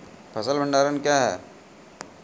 फसल भंडारण क्या हैं?